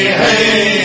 hey